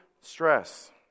stress